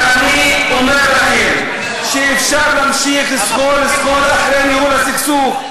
ואני אומר לכם שאפשר להמשיך סחור-סחור אחרי ניהול הסכסוך,